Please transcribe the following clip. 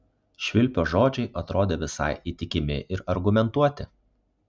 švilpio žodžiai atrodė visai įtikimi ir argumentuoti